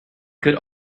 could